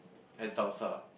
and salsa